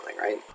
right